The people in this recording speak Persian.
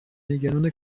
نگران